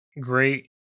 great